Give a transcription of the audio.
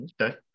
Okay